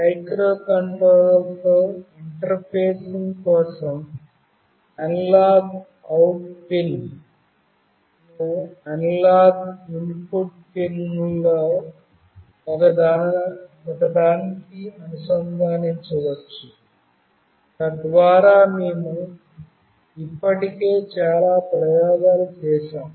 మైక్రోకంట్రోలర్తో interfacing కోసం analog out pin analog input పిన్లలో ఒకదానికి అనుసంధానించవచ్చు తద్వారా మేము ఇప్పటికే చాలా ప్రయోగాలు చేశాము